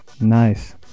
nice